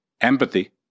Empathy